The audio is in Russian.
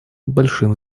большим